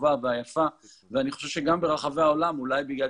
הטובה והיפה ואני חושב שגם ברחבי העולם זה המצב ואולי בגלל